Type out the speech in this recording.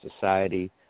society